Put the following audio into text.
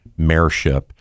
mayorship